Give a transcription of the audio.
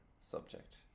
subject